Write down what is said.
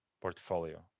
portfolio